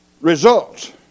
results